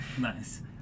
Nice